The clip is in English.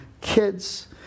kids